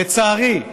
לצערי,